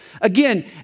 Again